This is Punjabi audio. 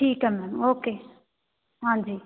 ਠੀਕ ਹੈ ਮੈਮ ਓਕੇ ਹਾਂਜੀ